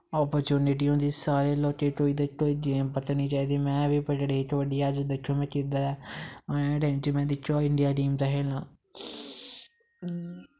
opportunity होंदी सारें लोकें गी कोई ते कोई गेम पकड़नीं चाही दी में बी पकड़ी कब्ड्डी अज दिक्खेओ में किद्दर ऐं आनें आह्ले टैम च में दिक्खेओ इंडिया टीम च खेलनां